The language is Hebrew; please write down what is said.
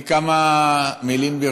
כמה מילים,